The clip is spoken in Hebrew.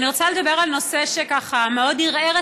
אני רוצה לדבר על נושא שככה מאוד ערער את